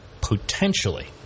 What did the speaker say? potentially